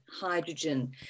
hydrogen